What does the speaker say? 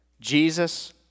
Jesus